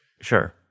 sure